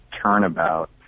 turnabout